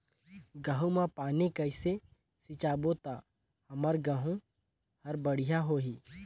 गहूं म पानी कइसे सिंचबो ता हमर गहूं हर बढ़िया होही?